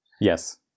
Yes